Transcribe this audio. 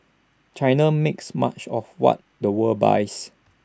China makes much of what the world buys